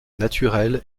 naturel